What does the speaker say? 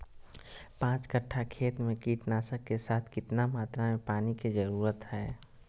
पांच कट्ठा खेत में कीटनाशक के साथ कितना मात्रा में पानी के जरूरत है?